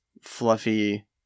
fluffy